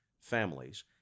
families